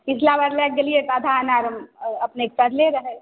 पिछला बेर लै कऽ गेलियै तऽ आधा अनार अपनेक सड़ले रहै